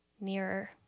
nearer